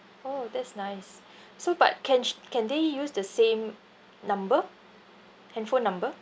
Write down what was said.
orh that's nice so but can sh~ can they use the same number handphone number